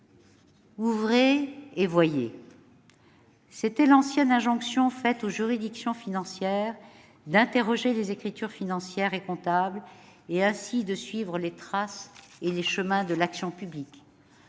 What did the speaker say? Ouvrez et voyez »: c'était l'ancienne injonction faite aux juridictions financières d'interroger les écritures financières et comptables et, ainsi, de suivre les traces et les chemins de l'action publique.